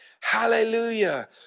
Hallelujah